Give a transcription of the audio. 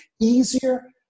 easier